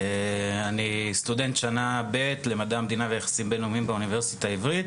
אני סטודנט שנה ב' למדע המדינה ויחסים בינלאומיים באוניברסיטה העברית,